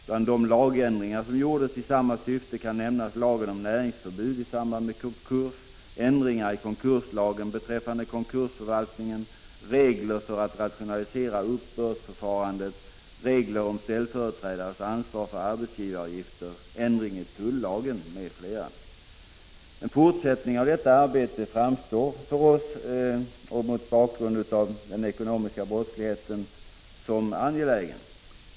Bland de lagändringar som gjordes i samma syfte kan nämnas lagen om näringsförbud i samband med konkurs, ändringar i konkurslagen beträffande konkursförvaltningen, regler för att rationalisera uppbördsförfarandet, regler om ställföreträdares ansvar för arbetsgivaravgifter, ändring i tullagen m.fl. En fortsättning av detta arbete framstår för oss, mot bakgrund av den ekonomiska brottslighetens omfattning, som angelägen.